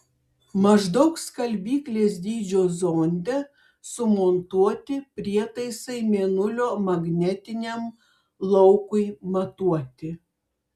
maždaug skalbyklės dydžio zonde sumontuoti prietaisai mėnulio magnetiniam laukui matuoti